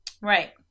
Right